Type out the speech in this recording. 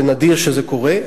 זה נדיר שזה קורה,